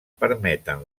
permeten